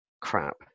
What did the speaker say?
Crap